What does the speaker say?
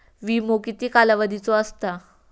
विमो किती कालावधीचो असता?